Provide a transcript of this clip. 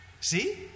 See